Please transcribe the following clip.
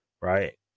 right